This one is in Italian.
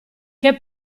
che